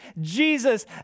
Jesus